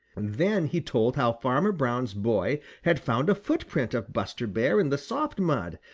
then he told how farmer brown's boy had found a footprint of buster bear in the soft mud,